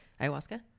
ayahuasca